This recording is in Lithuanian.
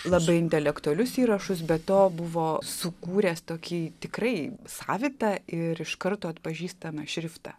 labai intelektualius įrašus be to buvo sukūręs tokį tikrai savitą ir iš karto atpažįstamą šriftą